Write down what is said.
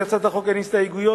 להצעת החוק אין הסתייגויות,